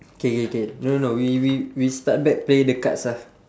K K K no no no we we we start back play the cards ah